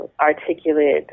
articulate